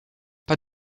but